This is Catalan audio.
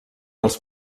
els